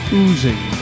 oozing